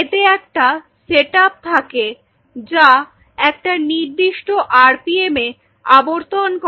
এতে একটা সেটআপ থাকে যা একটা নির্দিষ্ট rpm এ আবর্তন করে